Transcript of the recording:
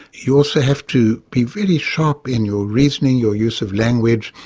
you also have to be very sharp in your reasoning, your use of language.